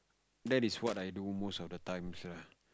that is what I do most of the times lah